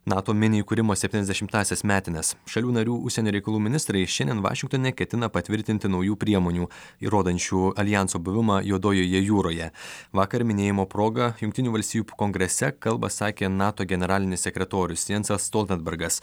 nato mini įkūrimo septyniasdešimtąsias metines šalių narių užsienio reikalų ministrai šiandien vašingtone ketina patvirtinti naujų priemonių įrodančių aljanso buvimą juodojoje jūroje vakar minėjimo proga jungtinių valstijų kongrese kalbą sakė nato generalinis sekretorius jansas stoltenbergas